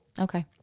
okay